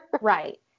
Right